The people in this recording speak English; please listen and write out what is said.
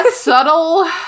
subtle